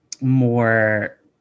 more